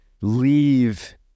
leave